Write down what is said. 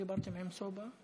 חברי הכנסת, חבר הכנסת